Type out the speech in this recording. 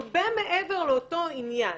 הרבה מעבר לאותו עניין.